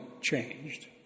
changed